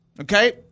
okay